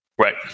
Right